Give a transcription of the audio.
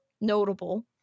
notable